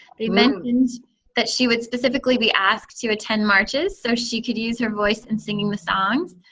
they mentioned that she would specifically be asked to attend marches so she could use her voice in singing the songs.